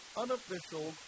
unofficial